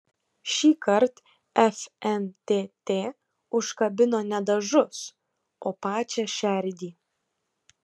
šįkart fntt užkabino ne dažus o pačią šerdį